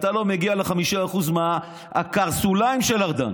אתה לא מגיע ל-5% מהקרסוליים של ארדן.